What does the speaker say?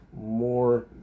more